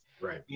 Right